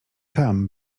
tam